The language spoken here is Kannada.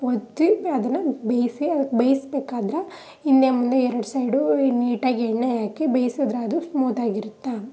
ಒತ್ತಿ ಅದನ್ನು ಬೇಯಿಸಿ ಅದಕ್ಕೆ ಬೇಯಿಸಬೇಕಾದ್ರೆ ಹಿಂದೆ ಮುಂದೆ ಎರಡು ಸೈಡೂ ನೀಟಾಗಿ ಎಣ್ಣೆ ಹಾಕಿ ಬೇಯಿಸಿದ್ರೆ ಅದು ಸ್ಮೂತಾಗಿರುತ್ತೆ